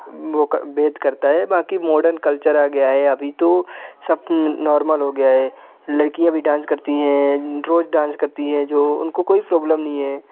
वो भेद करता है बाकी मॉडर्न कल्चर आ गया है अभी तो सब नॉर्मल हो गया है लड़कियाँ भी डांस करती हैं रोज़ डांस करती हैं जो उनको कोई प्रोब्लम नहीं है